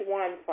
one